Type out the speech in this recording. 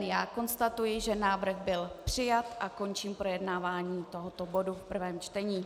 Já konstatuji, že návrh byl přijat, a končím projednávání tohoto bodu v prvém čtení.